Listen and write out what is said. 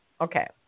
Okay